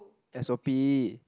S_O_P